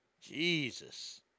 Jesus